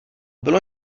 bylo